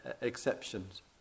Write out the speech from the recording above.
exceptions